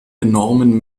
enormen